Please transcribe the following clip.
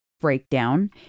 breakdown